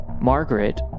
Margaret